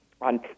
on